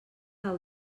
del